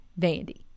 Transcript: Vandy